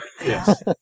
Yes